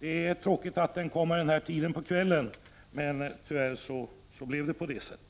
Det är tråkigt att debatten kommer vid den här tiden på kvällen, men tyvärr blev det på det sättet.